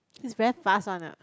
it's very fast one ah